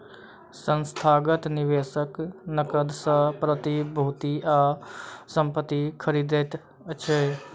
संस्थागत निवेशक नकद सॅ प्रतिभूति आ संपत्ति खरीदैत अछि